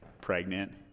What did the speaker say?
pregnant